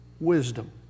wisdom